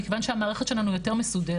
מכיוון שהמערכת שלנו היא יותר מסודרת,